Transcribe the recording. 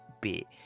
bit